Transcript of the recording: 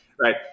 Right